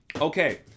Okay